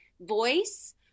voice